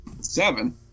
Seven